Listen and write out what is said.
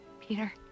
Peter